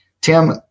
Tim